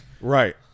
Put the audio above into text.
Right